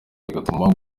bigatuma